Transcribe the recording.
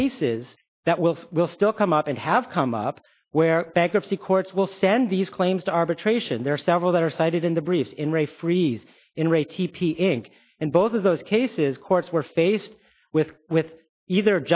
cases that will will still come up and have come up where bankruptcy courts will send these claims to arbitration there are several that are cited in the brief in re freeze in rates and both of those cases courts were faced with with either